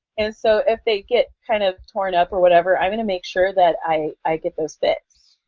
and so if they get kind of torn up or whatever, i'm going to make sure that i get those fixed.